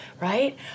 right